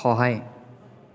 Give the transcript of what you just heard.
সহায়